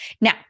Now